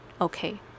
okay